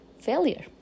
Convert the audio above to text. failure